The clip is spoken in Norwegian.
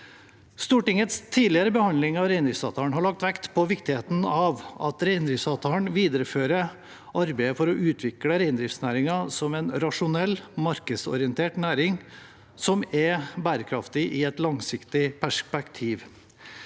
Stortingets tidligere behandling av reindriftsavtalen har lagt vekt på viktigheten av at reindriftsavtalen viderefører arbeidet for å utvikle reindriftsnæringen som en rasjonell, markedsorientert næring som er bærekraftig i et langsiktig perspektiv.